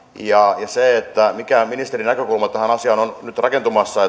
ja mikä ministerin näkökulma tähän asiaan on nyt rakentumassa